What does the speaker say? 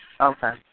Okay